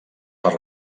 per